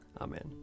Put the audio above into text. Amen